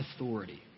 authority